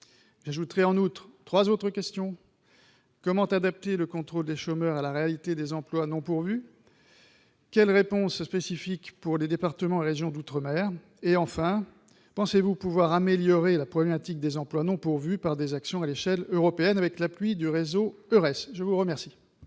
J'ajouterai en outre trois autres questions. Comment adapter le contrôle des chômeurs à la réalité des emplois non pourvus ? Quelle réponse spécifique pouvons-nous apporter pour les départements et régions d'outre-mer ? Enfin, pensez-vous pouvoir améliorer la problématique des emplois non pourvus par des actions à l'échelle européenne, avec l'appui du réseau EURES ? La parole